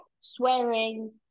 swearing